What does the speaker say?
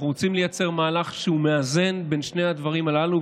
אנחנו רוצים לייצר מהלך שמאזן בין שני הדברים הללו,